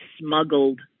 smuggled